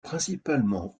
principalement